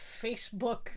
Facebook